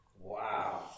Wow